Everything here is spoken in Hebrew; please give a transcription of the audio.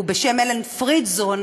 ובשם אלן פרידזון,